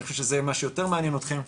ואני חושב שזה מה שיותר מעניין אתכם,